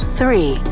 three